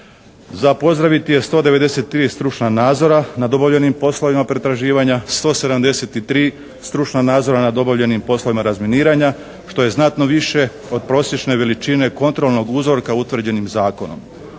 Za pozdraviti je 193 stručna nadzora nad obavljenim poslovima pretraživnja. 173 stručna nadzora nad obavljenim poslovima razminiranja što je znatno više od prosječne veličine kontrolnog uzorka utvrđenim zakonom.